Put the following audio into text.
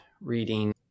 reading